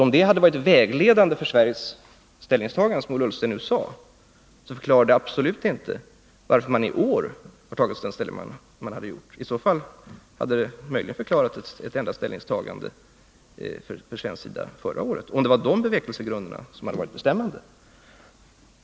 Om det hade varit vägledande för Sveriges ställningstagande, som Ola Ullsten nu sade, så förklarar det absolut inte varför man i år har tagit den ställning man har tagit. Det hade möjligen förklarat ett ändrat ställningstagande från svensk sida förra året om de bevekelsegrunderna hade varit bestämmande.